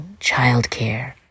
childcare